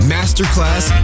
Masterclass